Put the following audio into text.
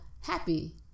happy